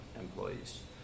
employees